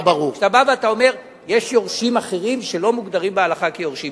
כשאתה בא ואתה אומר: יש יורשים אחרים שלא מוגדרים בהלכה כיורשים.